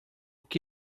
que